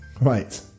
right